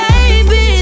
Baby